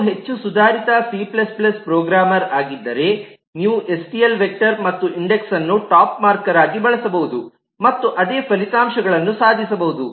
ನೀವು ಹೆಚ್ಚು ಸುಧಾರಿತ ಸಿC ಪ್ರೋಗ್ರಾಮರ್ ಆಗಿದ್ದರೆ ನೀವು ಎಸ್ಟಿಎಲ್ ವೆಕ್ಟರ್ ಮತ್ತು ಇಂಡೆಕ್ಸ್ಅನ್ನು ಟಾಪ್ ಮಾರ್ಕರ್ ಆಗಿ ಬಳಸಬಹುದು ಮತ್ತು ಅದೇ ಫಲಿತಾಂಶಗಳನ್ನು ಸಾಧಿಸಬಹುದು